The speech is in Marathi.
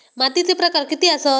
मातीचे प्रकार किती आसत?